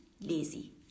lazy